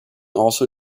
also